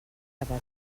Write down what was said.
cada